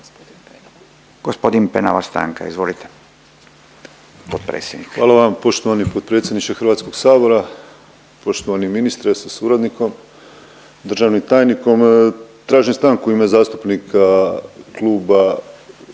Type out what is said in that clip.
Hvala vam poštovani potpredsjedniče HS-a. Poštovani ministre sa suradnikom, državnim tajnikom, tražim stanku u ime zastupnika kluba DP-a kako